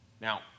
Now